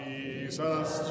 Jesus